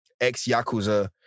ex-Yakuza